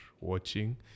watching